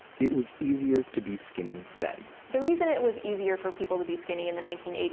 it was easier to be skinny then. the reason it was easier for people to be skinny in the nineteen eighty